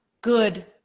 good